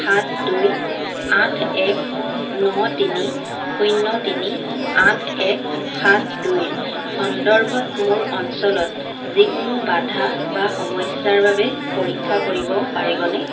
সাত দুই আঠ এক ন তিনি শূন্য তিনি আঠ এক সাত দুইৰ সন্দৰ্ভত মোৰ অঞ্চলত যিকোনো বাধা বা সমস্যাৰ বাবে পৰীক্ষা কৰিব পাৰিবনে